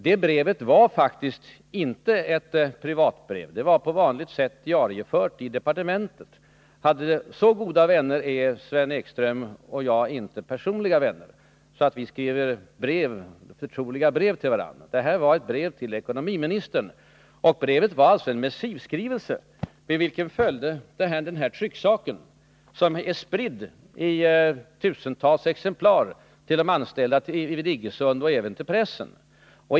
Det brevet var faktiskt inte ett privatbrev — det var på vanligt sätt diariefört i departementet. Så goda personliga vänner är Sven Ekström och jag inte att vi skriver förtroliga brev till varandra. Det här var ett brev till ekonomiministern, och brevet var en missivskrivelse, med vilken följde en trycksak som är spridd i tusentals exemplar till de anställda vid Iggesunds Bruk och även till pressen.